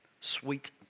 Sweet